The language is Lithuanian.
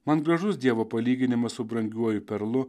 man gražus dievo palyginimas su brangiuoju perlu